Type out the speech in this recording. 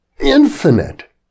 Infinite